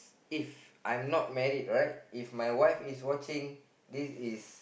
if I'm not married right if my wife is watching this is